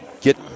get